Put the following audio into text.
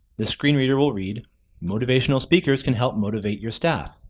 the screen reader will read motivational speakers can help motivate your staff.